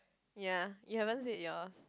ya you haven't said yours